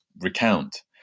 recount